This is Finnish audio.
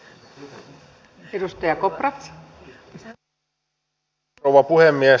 arvoisa rouva puhemies